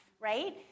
right